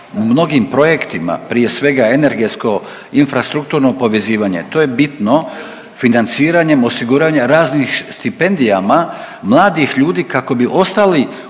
u mnogim projektima, prije svega energetsko infrastrukturno povezivanje. To je bitno financiranjem osiguranja raznih stipendijama mladih ljudi kako bi ostali